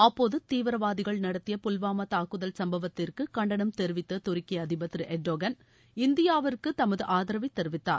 அப்போது தீவிரவாதிகள் நடத்திய புல்வாமா தாக்குதல் சம்பவத்திற்கு கண்டனம் தெரிவித்த துருக்கி அதிபர் திரு எர்டோகன் இந்தியாவிற்கு தமது ஆதரவை தெரிவித்தார்